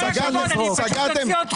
אבל עם כל הכבוד, אני פשוט אוציא אותך.